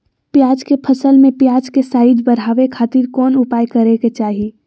प्याज के फसल में प्याज के साइज बढ़ावे खातिर कौन उपाय करे के चाही?